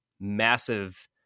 massive